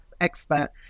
expert